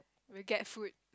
we'll get food